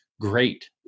great